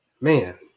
Man